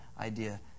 idea